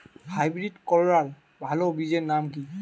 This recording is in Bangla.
হাইব্রিড করলার ভালো বীজের নাম কি?